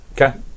Okay